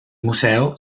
museo